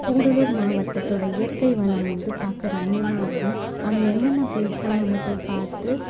கூடலூர் மாவட்டத்துனுடைய இயற்கை வளம் வந்து பார்க்க ரம்மியமான இருக்கும் அங்கே என்னென்ன பிளேஸ்ஸெல்லாம் நம்ம போய் பார்த்து